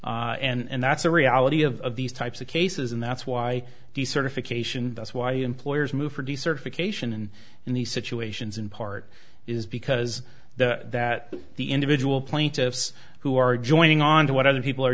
and that's the reality of these types of cases and that's why the certification that's why employers move for decertification and in these situations in part is because the that the individual plaintiffs who are joining on to what other people are